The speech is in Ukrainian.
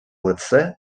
лице